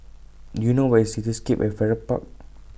Do YOU know Where IS Cityscape At Farrer Park